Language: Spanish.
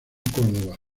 córdoba